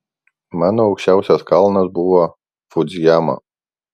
mano aukščiausias kalnas buvo fudzijama